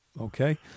okay